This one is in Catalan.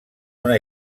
una